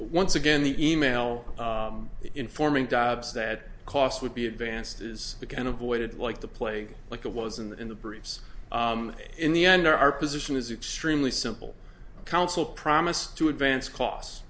once again the email informing dobbs that cost would be advanced is the kind of voided like the plague like it was in the in the briefs in the end our position is extremely simple counsel promise to advance cos